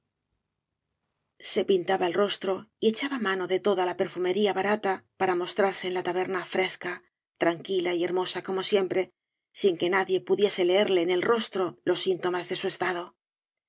se pintaba el rostro y echaba mano de toda la perfumería barata para mostrarse en la taberna fresca tranquila y hermosa como siempre sin que nadie pudiese leerle en el rostro los síntomas de su estado